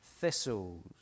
thistles